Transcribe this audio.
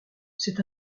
c’est